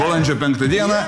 balandžio penktą dieną